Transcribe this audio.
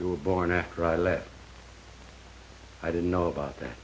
you were born after i left i didn't know about that